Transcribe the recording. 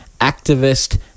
activist